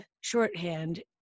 shorthand